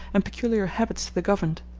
and peculiar habits to the governed.